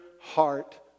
heart